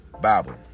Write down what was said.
Bible